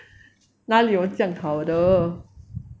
哪里有这样好的